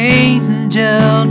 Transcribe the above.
angel